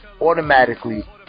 automatically